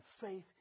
faith